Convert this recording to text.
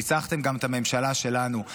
ניצחתם גם את הממשלה שלנו.